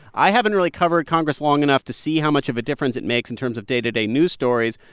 i haven't really covered congress long enough to see how much of a difference it makes in terms of day-to-day news stories.